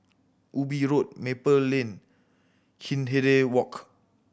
Ubi Road Maple Lane Hindhede Walk